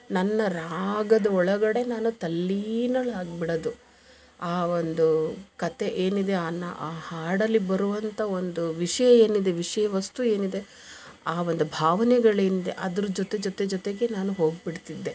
ನನ್ನ ರಾಗದ ಒಳಗಡೆ ನಾನು ತಲ್ಲೀನಳಾಗ್ಬಿಡದು ಆ ಒಂದು ಕತೆ ಏನಿದೆ ಆ ನಾ ಹಾಡಲ್ಲಿ ಬರುವಂಥಾ ಒಂದು ವಿಷಯ ಏನಿದೆ ವಿಷಯ ವಸ್ತು ಏನಿದೆ ಆ ಒಂದು ಭಾವನೆಗಳಿಂದೆ ಅದ್ರ ಜೊತೆ ಜೊತೆ ಜೊತೆಗೆ ನಾನು ಹೋಗ್ಬಿಡ್ತಿದ್ದೆ